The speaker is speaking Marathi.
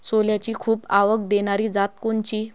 सोल्याची खूप आवक देनारी जात कोनची?